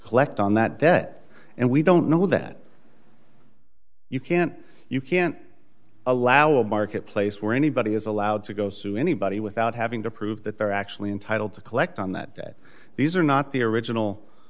collect on that debt and we don't know that you can't you can't allow a marketplace where anybody is allowed to go sue anybody without having to prove that they're actually entitled to collect on that these are not the original